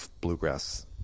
bluegrass